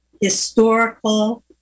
historical